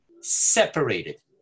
separated